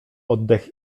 oddech